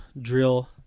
drill